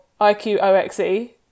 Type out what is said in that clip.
IQOXE